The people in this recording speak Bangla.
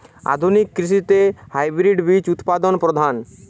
আধুনিক কৃষিতে হাইব্রিড বীজ উৎপাদন প্রধান